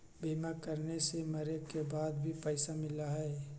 बीमा कराने से मरे के बाद भी पईसा मिलहई?